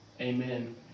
Amen